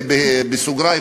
בסוגריים,